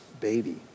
baby